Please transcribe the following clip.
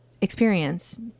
experience